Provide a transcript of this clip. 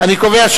את